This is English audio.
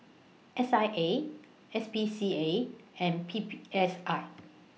S I A S P C A and P P S I